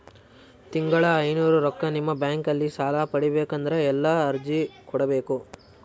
ತಿಂಗಳ ಐನೂರು ರೊಕ್ಕ ನಿಮ್ಮ ಬ್ಯಾಂಕ್ ಅಲ್ಲಿ ಸಾಲ ಪಡಿಬೇಕಂದರ ಎಲ್ಲ ಅರ್ಜಿ ಕೊಡಬೇಕು?